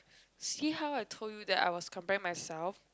see how I told you that I was comparing myself